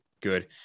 good